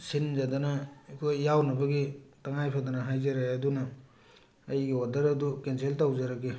ꯁꯤꯟꯖꯗꯨꯅ ꯑꯩꯈꯣꯏ ꯌꯥꯎꯅꯕꯒꯤ ꯇꯉꯥꯏꯐꯗꯅ ꯍꯥꯏꯖꯛꯑꯦ ꯑꯗꯨꯅ ꯑꯩꯒꯤ ꯑꯣꯗꯔ ꯑꯗꯨ ꯀꯦꯟꯁꯦꯜ ꯇꯧꯖꯔꯒꯦ